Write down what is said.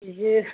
बिदि